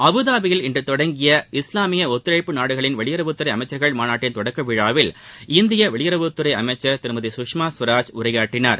அபுதாபியில் இன்று தொடங்கிய இஸ்வாமிய ஒத்துழைப்பு நாடுகளின் வெளியுறவுத்துறை அமைச்சர்கள் மாநாட்டின் தொடக்க விழாவில் இந்திய வெளியுறவுத்துறை அமைச்சர் திருமதி சுஷ்மா ஸ்வராஜ் உரையாற்றினார்